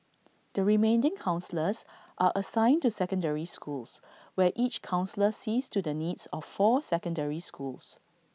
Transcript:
the remaining counsellors are assigned to secondary schools where each counsellor sees to the needs of four secondary schools